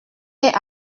est